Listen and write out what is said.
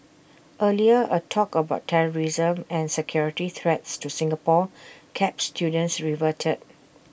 earlier A talk about terrorism and security threats to Singapore keeps students riveted